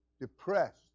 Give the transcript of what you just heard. depressed